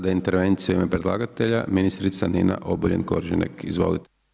Sada intervencija u ime predlagatelja, ministrica Nina Obuljen Koržinek, izvolite.